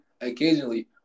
occasionally